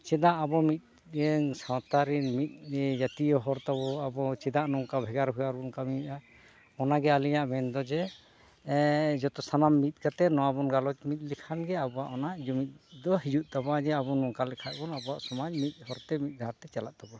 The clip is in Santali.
ᱪᱮᱫᱟᱜ ᱟᱵᱚ ᱢᱤᱫᱜᱮ ᱥᱟᱶᱛᱟ ᱨᱤᱱ ᱢᱤᱫᱜᱮ ᱡᱟᱛᱤᱭᱚ ᱦᱚᱨ ᱛᱟᱵᱚ ᱪᱮᱫᱟᱜ ᱱᱚᱝᱠᱟ ᱵᱷᱮᱜᱟᱨᱼᱵᱷᱮᱜᱟᱨ ᱵᱚᱱ ᱠᱟᱹᱢᱤᱭᱮᱫᱼᱟ ᱚᱱᱟᱜᱮ ᱟᱹᱞᱤᱧᱟᱜ ᱢᱮᱱᱫᱚ ᱡᱮ ᱡᱚᱛᱚ ᱥᱟᱱᱟᱢ ᱢᱤᱫ ᱠᱟᱛᱮᱫ ᱱᱚᱣᱟ ᱵᱚᱱ ᱜᱟᱞᱚᱪ ᱢᱤᱫ ᱞᱮᱠᱷᱟᱱᱜᱮ ᱟᱵᱚᱣᱟᱜ ᱚᱱᱟ ᱡᱩᱢᱤᱫ ᱫᱚ ᱦᱤᱡᱩᱜ ᱛᱟᱵᱚᱱᱟ ᱡᱮ ᱟᱵᱚ ᱱᱚᱝᱠᱟ ᱞᱮᱠᱷᱟᱡ ᱵᱚᱱ ᱟᱵᱚᱣᱟᱜ ᱥᱚᱢᱟᱡᱽ ᱢᱤᱫ ᱦᱚᱨᱛᱮ ᱢᱤᱫ ᱰᱟᱦᱟᱨᱛᱮ ᱪᱟᱞᱟᱜ ᱛᱟᱵᱚᱱᱟ